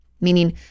Meaning